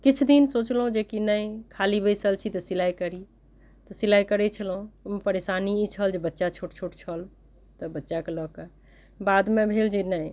किछु दिन सोचलहुँ जे कि नहि खाली बैसल छी तऽ सिलाइ करी तऽ सिलाइ करै छलौंह ओहिमे परेशानी ई छल जे बच्चा छोट छोट छल तऽ बच्चाके लअ कऽ बादमे भेल जे नहि